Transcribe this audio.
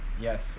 yes